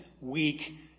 weak